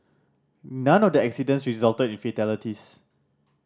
none of the accidents resulted in fatalities